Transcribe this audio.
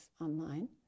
online